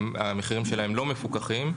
המחירים שלהם לא מפוקחים.